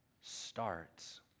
starts